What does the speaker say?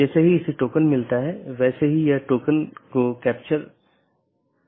संदेश भेजे जाने के बाद BGP ट्रांसपोर्ट कनेक्शन बंद हो जाता है